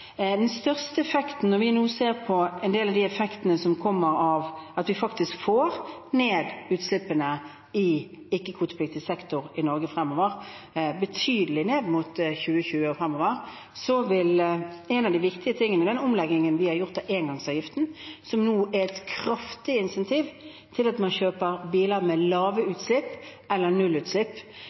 Når vi nå ser på en del av de effektene som kommer av at vi faktisk får ned utslippene i ikke-kvotepliktig sektor i Norge fremover – betydelig ned frem mot 2020 og fremover – vil noe av det viktige være omleggingen vi har gjort av engangsavgiften, som nå er et kraftig incentiv for å kjøpe biler med lave utslipp eller